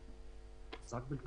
להתבטא?